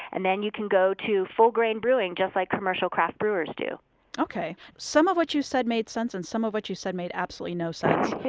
and then you can go to full-grain brewing just like commercial craft brewers do some of what you said made sense and some of what you said made absolutely no sense.